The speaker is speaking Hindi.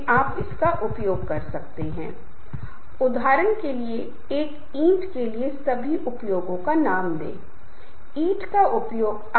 समूह के हितों का लक्ष्य और उद्देश्य प्रत्येक समूह के लिए विशिष्ट है और संगठनात्मक लक्ष्यों से संबंधित नहीं हो सकता है